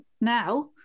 Now